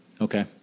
okay